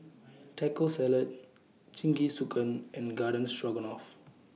Taco Salad Jingisukan and Garden Stroganoff